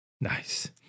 Nice